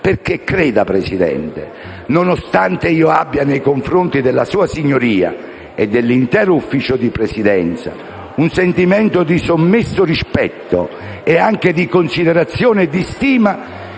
perché creda, signor Presidente, nonostante io abbia nei confronti della sua signoria e dell'intero Ufficio di Presidenza un sentimento di sommesso rispetto e anche di considerazione e di stima,